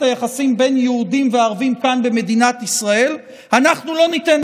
אנחנו חייבים להפריד ולהתייחס לכל אדם באשר הוא אדם.